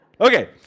Okay